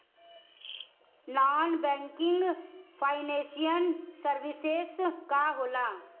Non banking financial services का होला?